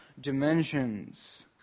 dimensions